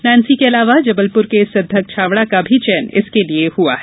Nancy के अलावा जबलपुर के सिद्धक छाबड़ा का भी चयन इसके लिये हुआ है